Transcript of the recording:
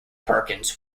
perkins